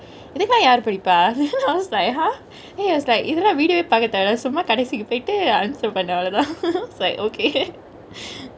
இதுக்குலா யாரு படிப்பா:ithukelaa yaaru padippa I was like !huh! then he was like இதல்லா:ithella video வெ பாக்க தேவை இல்ல சும்மா கடிசிக்கு போய்ட்டு:paake tevai ille cumma kadesikku poitu answer பன்னு அவ்ளோதா: pannu avlothaa I was like okay